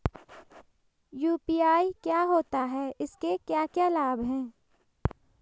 UPI क्या होता है इसके क्या क्या लाभ हैं?